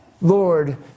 Lord